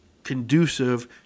conducive